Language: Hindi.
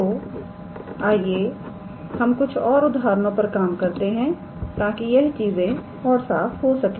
तोआइए हम कुछ उदाहरणों पर काम करते हैं ताकि यह चीजें और साफ हो सके